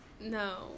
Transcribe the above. No